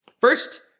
First